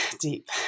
deep